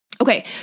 Okay